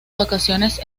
vacaciones